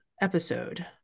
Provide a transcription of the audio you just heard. episode